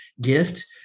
gift